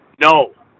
No